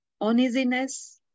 uneasiness